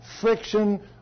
friction